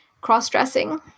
cross-dressing